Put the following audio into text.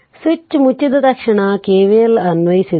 switch ಮುಚ್ಚಿದ ತಕ್ಷಣ KVL ಅನ್ವಯಿಸಿದರೆ